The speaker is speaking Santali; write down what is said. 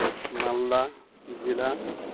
ᱢᱟᱞᱫᱟ ᱡᱮᱞᱟ